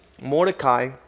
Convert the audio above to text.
Mordecai